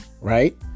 right